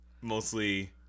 mostly